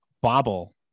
bobble